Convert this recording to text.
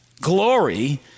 glory